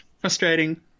frustrating